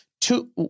two